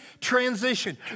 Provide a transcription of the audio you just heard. transition